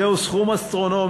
זהו סכום אסטרונומי,